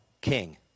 king